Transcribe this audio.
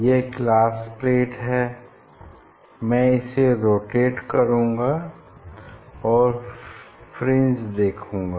यह glass plate है मैं इसे रोटेट करूँगा और फ्रिंज देखूंगा